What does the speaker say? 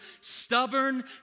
stubborn